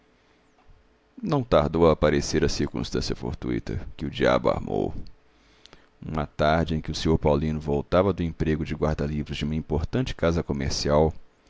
não tardou a aparecer a circunstância fortuita que o diabo armou uma tarde em que o sr paulino voltava do emprego de guarda-livros de uma importante casa comercial